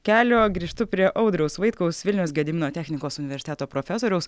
kelio grįžtu prie audriaus vaitkaus vilniaus gedimino technikos universiteto profesoriaus